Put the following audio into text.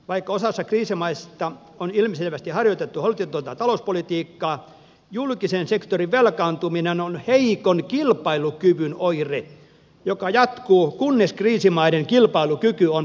vaikka osassa kriisimaista on ilmiselvästi harjoitettu holtitonta talouspolitiikkaa julkisen sektorin velkaantuminen on heikon kilpailukyvyn oire joka jatkuu kunnes kriisimaiden kilpailukyky on palautettu